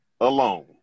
Alone